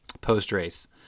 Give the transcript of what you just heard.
post-race